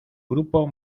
grupo